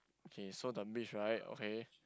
okay so the beach right okay